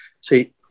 see